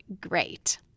great